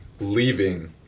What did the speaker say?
leaving